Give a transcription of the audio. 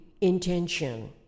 intention